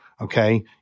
Okay